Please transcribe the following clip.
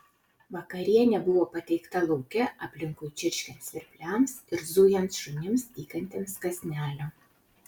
vakarienė buvo patiekta lauke aplinkui čirškiant svirpliams ir zujant šunims tykantiems kąsnelio